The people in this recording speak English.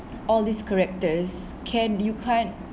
all these characters can you can't